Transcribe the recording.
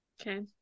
Okay